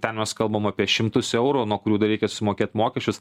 ten mes kalbam apie šimtus eurų nuo kurių dar reikia sumokėt mokesčius